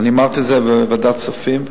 אמרתי את זה בוועדת כספים.